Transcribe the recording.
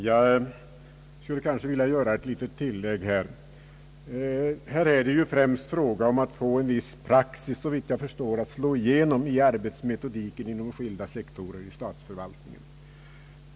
Herr talman! Jag skulle vilja göra ett litet tillägg. Här är det såvitt jag förstår främst fråga om att få en viss praxis att slå igenom i arbetsmetodiken inom skilda sektorer i statsförvaltningen.